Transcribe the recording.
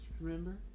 remember